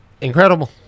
Incredible